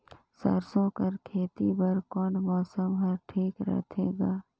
सरसो कर खेती बर कोन मौसम हर ठीक होथे ग?